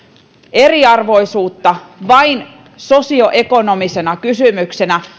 eriarvoisuutta vain sosioekonomisena kysymyksenä